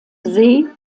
see